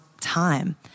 time